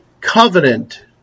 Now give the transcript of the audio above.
covenant